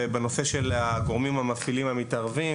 ובנושא של הגורמים המפעילים המתערבים.